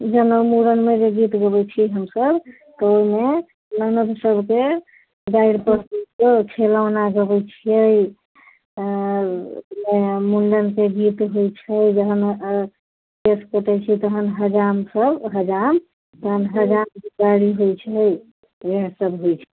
जेना मूड़नमे जे गीत गबै छिए हमसब तऽ ओहिमे ननद सबके खिलौना जे होइ छै मुण्डनके गीत होइ छै जखन केश कटै छै तहन हजामसब हजाम गारि होइ छै